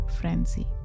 frenzy